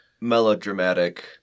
melodramatic